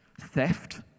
theft